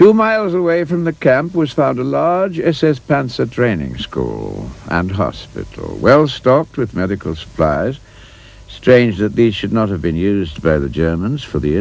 two miles away from the camp was found a large as says bounce a training school m hospital well stocked with medical supplies strange that they should not have been used by the germans for the